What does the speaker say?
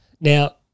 Now